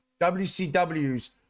WCW's